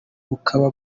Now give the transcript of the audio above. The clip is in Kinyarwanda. bukaba